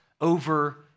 over